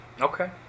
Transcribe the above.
Okay